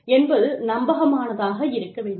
என்பது நம்பகமானதாக இருக்க வேண்டும்